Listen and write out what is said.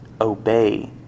Obey